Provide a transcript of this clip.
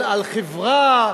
על חברה,